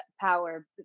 power